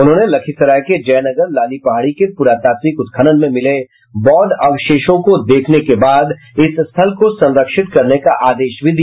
उन्होंने लखीसराय के जयनगर लाली पहाड़ी के पुरातात्विक उत्खन्न में मिले बौद्ध अवशेषों को देखने के बाद इस स्थल को संरक्षित करने का आदेश भी दिया